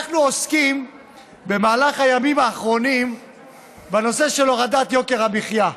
אנחנו עוסקים במהלך הימים האחרונים בנושא של הורדת יוקר המחיה,